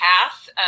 path